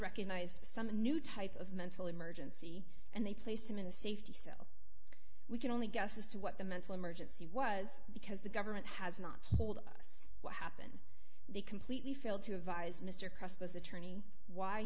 recognized some a new type of mental emergency and they placed him in safety so we can only guess as to what the mental emergency was because the government has not told us what happened they completely failed to advise mr crustless attorney why